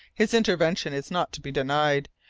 his intervention is not to be denied,